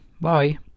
bye